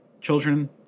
Children